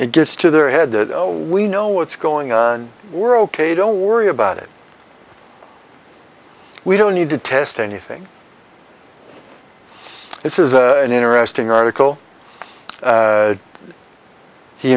it gets to their head that we know what's going on and we're ok don't worry about it we don't need to test anything this is an interesting article